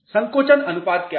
संकोचन अनुपात क्या है